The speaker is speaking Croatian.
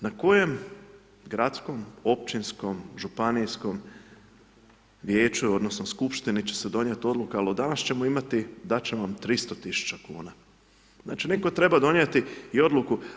Na kojem gradskom, općinskom, županijskom vijeću odnosno skupštini će se donijeti odluka, ali od danas ćemo imati, dati će vam 300.000,00 kn, znači, netko treba donijeti i odluku.